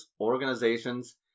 organizations